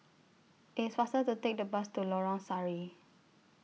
IT IS faster to Take The Bus to Lorong Sari